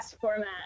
format